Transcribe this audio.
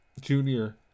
Junior